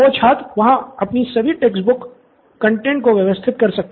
छात्र वहाँ अपनी सभी टेक्स्ट बुक्स कंटैंट को व्यवस्थित कर सकता है